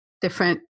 different